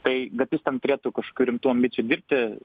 tai kad jis ten turėtų kažkokių rimtų ambicijų dirbti